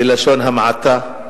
בלשון המעטה.